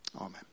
Amen